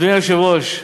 אדוני היושב-ראש,